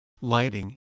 lighting